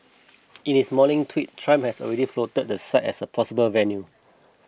in his morning tweet Trump had already floated the site as a possible venue